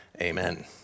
amen